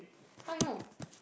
how you know